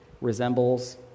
resembles